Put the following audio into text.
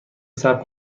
صبر